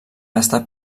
estat